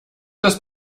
das